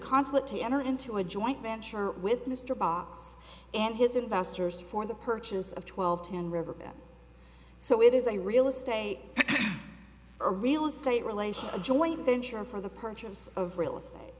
consulate to enter into a joint venture with mr abbas and his investors for the purchase of twelve ten riverbend so it is a real estate a real estate relation a joint venture for the purchase of real estate